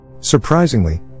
Surprisingly